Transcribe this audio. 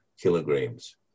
kilograms